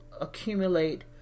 accumulate